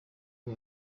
rwa